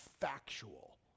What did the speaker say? factual